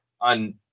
On